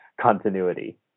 continuity